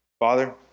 Father